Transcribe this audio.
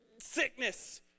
sickness